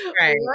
right